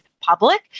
public